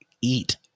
eat